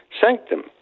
sanctum